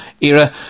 era